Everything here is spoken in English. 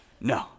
No